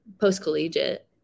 post-collegiate